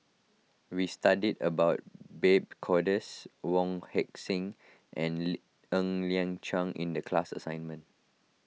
we studied about Babes Conde Wong Heck Sing and Ng Liang Chiang in the class assignment